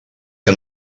que